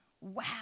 Wow